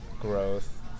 growth